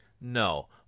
No